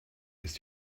ist